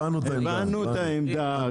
הבנו את העמדה.